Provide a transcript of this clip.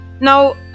Now